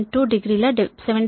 2 degree ల 70